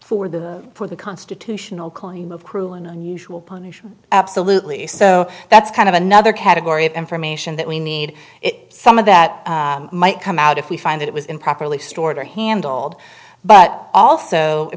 for the for the constitutional claim of cruel and unusual punishment absolutely so that's kind of another category of information that we need it some of that might come out if we find it was improperly stored or handled but also a